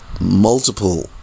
multiple